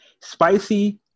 Spicy